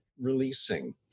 releasing